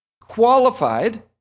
qualified